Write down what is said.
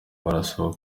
barasaba